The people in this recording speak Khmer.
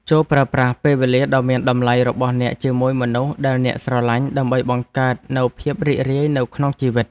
ចូរប្រើប្រាស់ពេលវេលាដ៏មានតម្លៃរបស់អ្នកជាមួយមនុស្សដែលអ្នកស្រឡាញ់ដើម្បីបង្កើតនូវភាពរីករាយនៅក្នុងជីវិត។